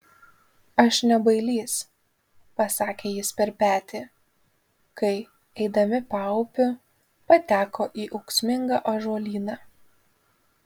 aš ne bailys pasakė jis per petį kai eidami paupiu pateko į ūksmingą ąžuolyną